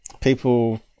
people